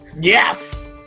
yes